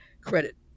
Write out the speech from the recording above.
credit